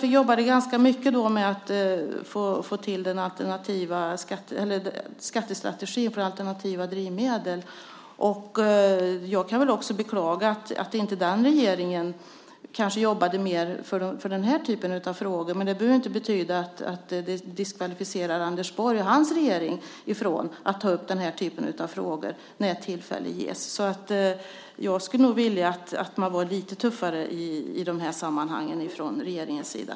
Vi jobbade då ganska mycket med att få till skattestrategin för alternativa drivmedel. Jag kan väl också beklaga att den regeringen inte jobbade mer för denna typ av frågor, men det behöver ju inte diskvalificera Anders Borg och hans regering från ansvaret att ta upp dem när tillfälle ges. Jag skulle nog vilja att man var lite tuffare i de här sammanhangen från regeringens sida.